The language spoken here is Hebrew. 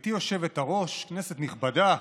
גברתי היושבת-ראש, כנסת נכבדה,